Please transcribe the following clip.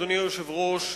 אדוני היושב-ראש,